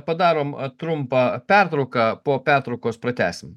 padarom trumpą pertrauką po pertraukos pratęsim